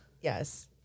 Yes